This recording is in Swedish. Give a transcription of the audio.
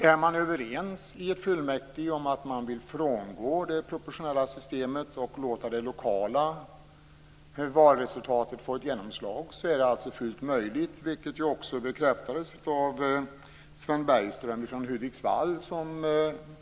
Är man i fullmäktige överens om att frångå det proportionella systemet och om att låta lokala valresultat få genomslag är detta fullt möjligt, vilket också bekräftades av Sven Bergström från Hudiksvall.